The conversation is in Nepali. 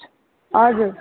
हजुर